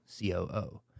COO